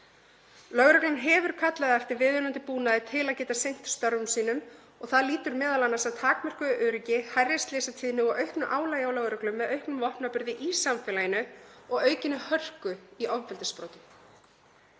Lögreglan hefur kallað eftir viðunandi búnaði til að geta sinnt störfum sínum og það lýtur m.a. að takmörkuðu öryggi, hærri slysatíðni og auknu álagi hjá lögreglu með auknum vopnaburði í samfélaginu og aukinni hörku í ofbeldisbrotum.